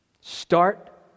start